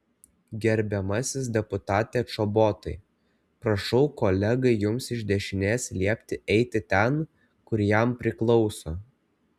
gerbiamasis deputate čobotai prašau kolegai jums iš dešinės liepti eiti ten kur jam priklauso